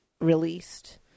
released